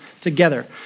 together